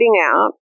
out